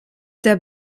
der